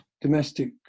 domestic